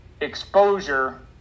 exposure